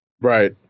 right